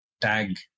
tag